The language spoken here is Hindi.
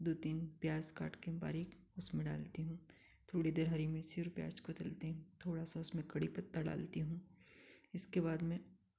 दो तीन प्याज़ काटकर बारीक़ उसमें डालती हूँ थोड़ी देर हरी मिर्च और प्याज़ को डालती हूँ थोड़ा सा उसमे कड़ी पत्ता डालती हूँ इसके बाद में